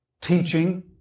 teaching